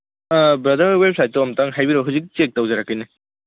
ꯑꯥ brother ꯋꯦꯕꯁꯥꯏꯠꯇꯣ ꯑꯝꯇꯪ ꯍꯥꯏꯕꯤꯔꯛꯑꯣ ꯍꯧꯖꯤꯛ ꯆꯦꯛ ꯇꯧꯖꯔꯛꯀꯦꯅꯦ